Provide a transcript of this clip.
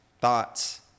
thoughts